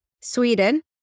Sweden